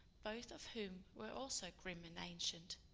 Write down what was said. both of whom were also grim and ancient.